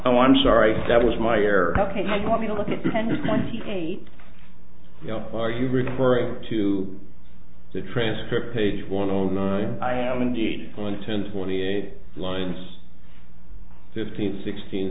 oh i'm sorry that was my error ok now you want me to look at the ten to twenty eight you know are you referring to the transcript page one o nine i am indeed going to turn forty eight lines fifteen sixteen